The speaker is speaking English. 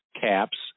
caps